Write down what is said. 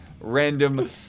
random